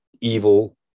evil